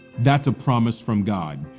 that's a promise from god,